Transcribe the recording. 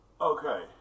okay